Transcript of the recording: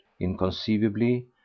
inconceivably